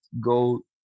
go